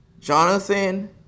Jonathan